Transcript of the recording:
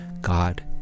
God